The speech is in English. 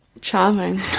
Charming